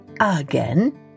again